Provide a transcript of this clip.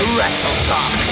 WrestleTalk